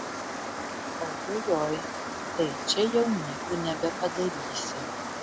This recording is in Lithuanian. ojojoi tai čia jau nieko nebepadarysi